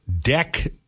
Deck